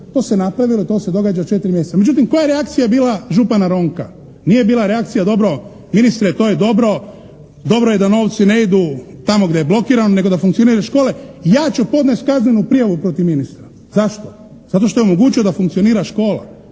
To se napravilo i to se događa 4 mjeseca. Međutim koja je reakcija bila župana Romka? Nije bila reakcija: Dobro, ministre to je dobro. Dobro je da novci ne idu tamo gdje je blokirano nego da funkcioniraju škole. Ja ću podnesti kaznenu prijavu protiv ministra. Zašto? Zato što je omogućio da funkcionira škola?